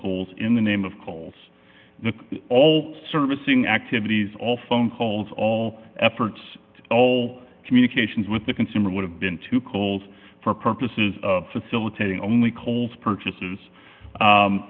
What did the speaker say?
coles in the name of coles the all servicing activities all phone calls all efforts all communications with the consumer would have been too cold for purposes of facilitating only coles purchases